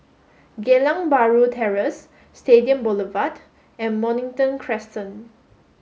Geylang Bahru Terrace Stadium Boulevard and Mornington Crescent